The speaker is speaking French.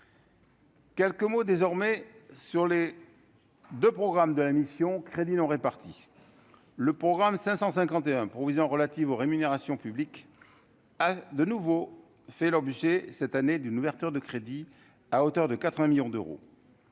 Quelques mots désormais sur les 2 programmes de la mission Crédits non répartis le programme 551 provisions relatives aux rémunérations publiques a de nouveau fait l'objet cette année d'une ouverture de crédits à hauteur de 80 millions d'euros,